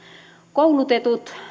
koulutetut